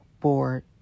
board